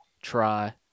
try